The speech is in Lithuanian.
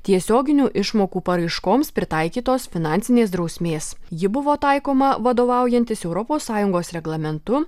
tiesioginių išmokų paraiškoms pritaikytos finansinės drausmės ji buvo taikoma vadovaujantis europos sąjungos reglamentu